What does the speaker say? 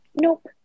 nope